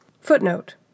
Footnote